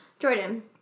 Jordan